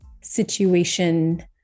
situation